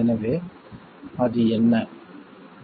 எனவே அது என்ன